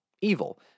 evil